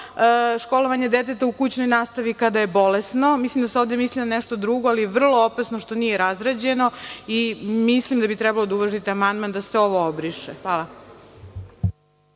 školovanje deteta u kućnoj nastavi kada je bolesno. Mislim, da se ovde misli na nešto drugo, ali je vrlo opasno što nije razrađeno i mislim da bi trebalo da uvažite amandman da se ovo obriše. Hvala